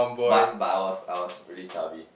but but I was I was really chubby